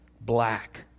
black